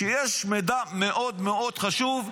שיש מידע מאוד מאוד חשוב,